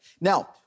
Now